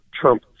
Trump